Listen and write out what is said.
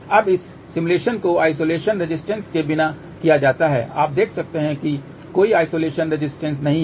अब इस सिमुलेशन को आइसोलेशन रेजिस्टेंस के बिना किया जाता है आप देख सकते हैं कि कोई आइसोलेशन रेजिस्टेंस नहीं है